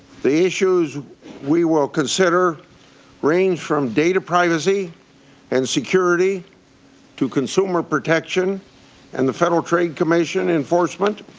the issues we will consider range from data privacy and security to consumer protection and the federal trade commission enforcement,